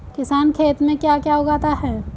किसान खेत में क्या क्या उगाता है?